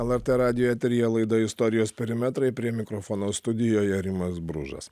lrt radijo eteryje laida istorijos perimetrai prie mikrofono studijoje rimas bružas